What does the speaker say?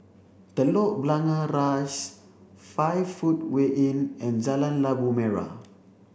Telok Blangah Rise five footway Inn and Jalan Labu Merah